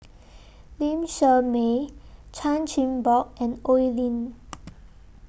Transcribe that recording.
Lee Shermay Chan Chin Bock and Oi Lin